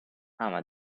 ama